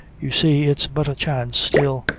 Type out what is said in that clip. you see it's but a chance still.